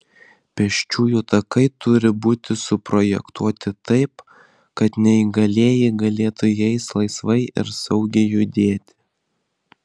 pėsčiųjų takai turi būti suprojektuoti taip kad neįgalieji galėtų jais laisvai ir saugiai judėti